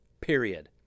Period